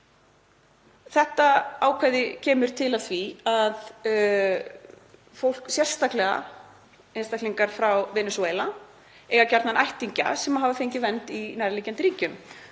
Þetta ákvæði kemur til af því að sérstaklega einstaklingar frá Venesúela eiga gjarnan ættingja sem hafa fengið vernd í nærliggjandi ríkjum